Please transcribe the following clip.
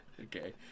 Okay